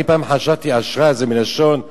פעם חשבתי שאשראי זה מלשון "אשרינו,